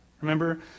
Remember